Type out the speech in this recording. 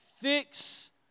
fix